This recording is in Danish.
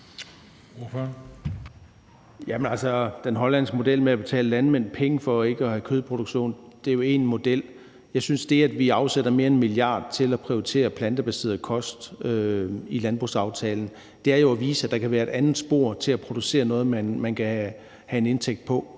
den hollandske model med at betale landmænd penge for ikke at have kødproduktion er jo én model. Jeg synes, at det, at vi afsætter mere end 1 mia. kr. i landbrugsaftalen til at prioritere plantebaseret kost, jo er at vise, at der kan være et andet spor til at producere noget, man kan have en indtægt på,